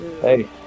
Hey